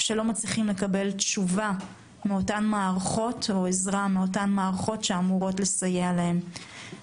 שלא מצליחים לקבל תשובה או עזרה מהמערכות שאמורות לסייע להם.